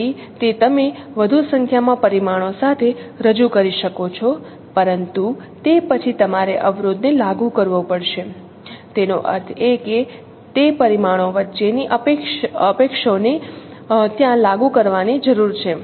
તેથી તે તમે વધુ સંખ્યામાં પરિમાણો સાથે રજૂ કરી શકો છો પરંતુ તે પછી તમારે અવરોધને લાગુ કરવો પડશે તેનો અર્થ એ કે તે પરિમાણો વચ્ચેની અપક્ષોને ત્યાં લાગુ કરવાની જરૂર છે